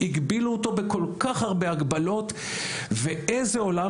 הגבילו אותו בכל כך הרבה הגבלות ואיזה עולם